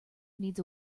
needs